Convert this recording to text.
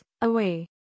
away